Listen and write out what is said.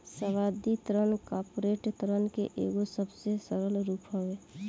सावधि ऋण कॉर्पोरेट ऋण के एगो सबसे सरल रूप हवे